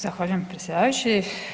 Zahvaljujem predsjedavajući.